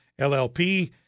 LLP